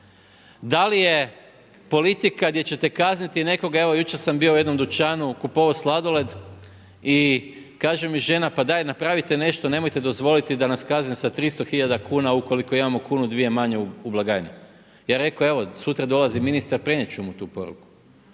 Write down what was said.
Da li je politika gdje ćete kazniti nekoga, evo jučer sam bio u jednom dućanu, kupovao sladoled i kaže mi žena pa daj napravite nešto, nemojte dozvoliti da nas kazne sa 300 hiljada kuna ukoliko imamo kunu, dvije manje u blagajni. Ja rekao, evo sutra dolazi ministar, prenijeti ću mu tu poruku.